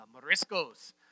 Morisco's